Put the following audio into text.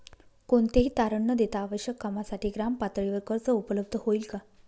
कोणतेही तारण न देता आवश्यक कामासाठी ग्रामपातळीवर कर्ज उपलब्ध होईल का?